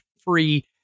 free